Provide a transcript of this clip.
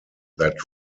that